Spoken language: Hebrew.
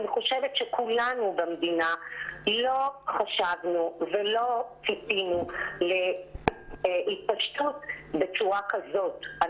כולנו במדינה לא חשבנו ולא ציפינו להתפשטות בצורה כזאת.